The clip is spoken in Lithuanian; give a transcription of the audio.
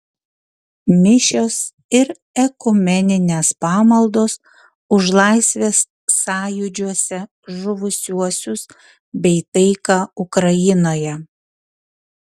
mišios ir ekumeninės pamaldos už laisvės sąjūdžiuose žuvusiuosius bei taiką ukrainoje